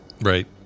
Right